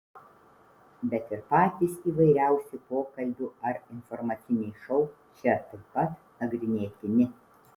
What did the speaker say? bet ir patys įvairiausi pokalbių ar informaciniai šou čia taip pat nagrinėtini